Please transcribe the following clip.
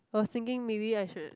was thinking maybe I should